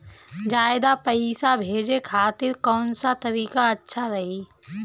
ज्यादा पईसा भेजे खातिर कौन सा तरीका अच्छा रही?